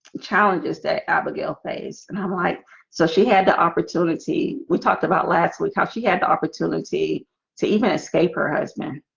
challenges that abigail face and i'm like so she had the opportunity we talked about last week how she had the opportunity to even escape her husband